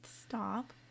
Stop